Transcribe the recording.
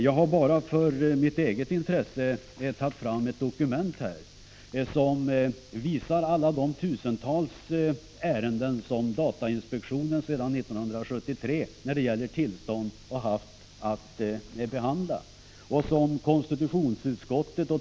Jag har bara av eget intresse tagit fram ett dokument, som visar alla de tusentals ärenden rörande tillstånd som datainspektionen har haft att behandla sedan 1973. Åtminstone fram till 1983 har konstitutionsutskottet Prot.